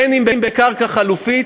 אם בקרקע חלופית,